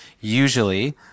usually